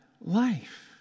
life